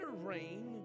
rain